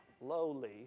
lowly